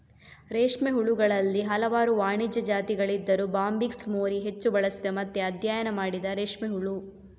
ರೇಷ್ಮೆ ಹುಳುಗಳಲ್ಲಿ ಹಲವಾರು ವಾಣಿಜ್ಯ ಜಾತಿಗಳಿದ್ದರೂ ಬಾಂಬಿಕ್ಸ್ ಮೋರಿ ಹೆಚ್ಚು ಬಳಸಿದ ಮತ್ತೆ ಅಧ್ಯಯನ ಮಾಡಿದ ರೇಷ್ಮೆ ಹುಳು